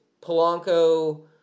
Polanco